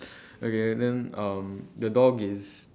okay then um the dog is